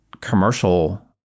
commercial